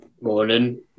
Morning